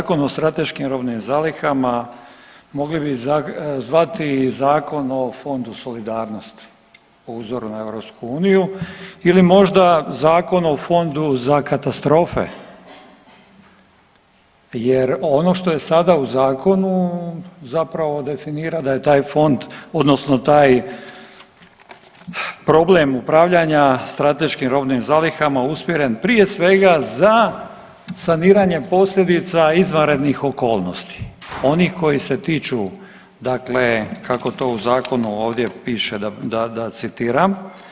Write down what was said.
Zakon o strateškim robnim zalihama mogli bi zvati i Zakon o fondu solidarnosti po uzoru na EU ili možda Zakon o fondu za katastrofe jer ono što je sada u zakonu zapravo definira da je taj fond odnosno taj problem upravljanja strateškim robnim zalihama usmjeren prije svega za saniranje posljedica izvanrednih okolnosti, onih koji se tiču dakle kako to u zakonu ovdje piše da, da, da citiram.